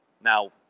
Now